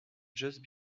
just